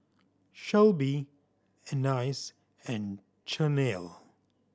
Shelby Anais and Chanelle